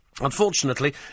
Unfortunately